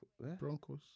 Broncos